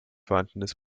vorhandenes